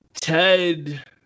Ted